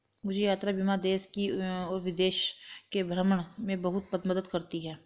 मुझे यात्रा बीमा देश और विदेश के भ्रमण में बहुत मदद करती है